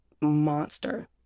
Monster